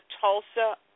Tulsa